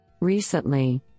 Recently